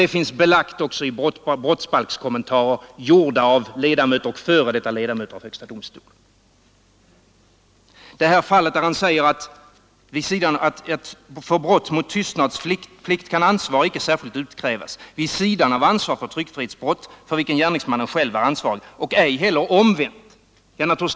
Det finns belagt också i brottsbalkskommentarer, gjorda av ledamöter eller f.d. ledamöter av högsta domstolen. Herr Svensson anför att vid brott mot tystnadsplikt ansvar inte särskilt kan utkrävas vid sidan av ansvar för tryckfrihetsbrott, för vilket gärningsmannen själv är ansvarig, och ej heller omvänt.